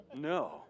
No